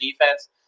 defense